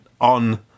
on